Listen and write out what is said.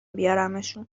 بیارمشون